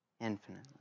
infinitely